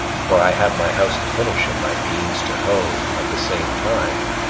for i had my house to finish and my beans to hoe at the same time,